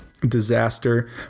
disaster